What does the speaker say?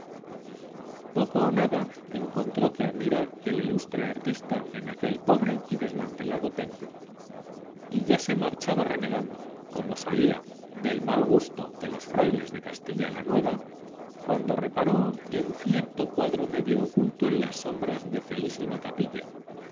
poco o nada encontró que admirar el ilustre artista en aquel pobre y desmantelado templo y ya se marchaba renegando como solía del mal gusto de los frailes de castilla la nueva cuando reparó en cierto cuadro medio oculto en las sombras de feísima capilla